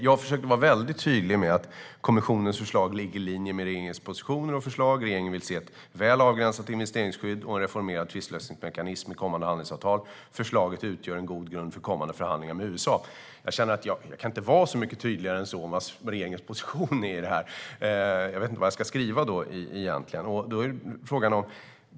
Jag har försökt vara tydlig med att kommissionens förslag ligger i linje med regeringens positioner och förslag, att regeringen vill se ett väl avgränsat investeringsskydd och en reformerad tvistlösningsmekanism i kommande handelsavtal och att förslaget utgör en god grund för kommande förhandlingar med USA. Jag kan inte vara mycket tydligare med vad regeringens position i detta är. Jag vet inte vad jag ska skriva då.